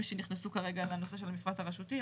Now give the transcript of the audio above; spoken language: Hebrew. שנכנסו כרגע לנושא של המפרט הרשותי,